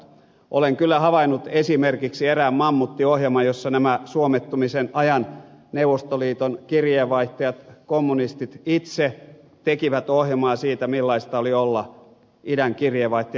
olen kyllä havainnut esimerkiksi erään mammuttiohjelman jossa nämä suomettumisen ajan neuvostoliiton kirjeenvaihtajat kommunistit itse tekivät ohjelmaa siitä millaista oli olla idän kirjeenvaihtaja